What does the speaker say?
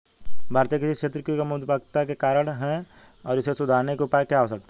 भारतीय कृषि क्षेत्र की कम उत्पादकता के क्या कारण हैं और इसे सुधारने के उपाय क्या हो सकते हैं?